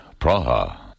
Praha